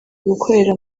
gukorera